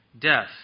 death